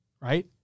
right